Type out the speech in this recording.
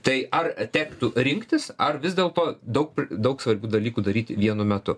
tai ar tektų rinktis ar vis dėlto daug pri daug svarbių dalykų daryti vienu metu